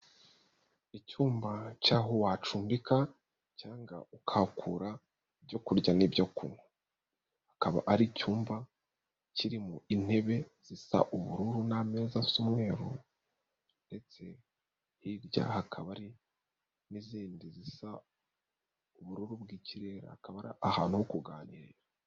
Icyumba cy'aho wacumbika cyangwaga ukahakura ibyo kurya n'ibyo kunywa. Akaba ari icyumba kirimo intebe zisa ubururu n'ameza z'umweru ndetse hirya hakaba hari n'izindi zisa ubururu bw'ikirere, akaba ari ahantu ho kuganira.